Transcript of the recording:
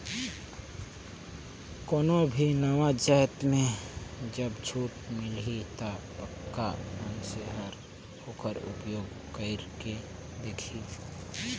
कोनो भी नावा जाएत में जब छूट मिलही ता पक्का मइनसे हर ओकर उपयोग कइर के देखही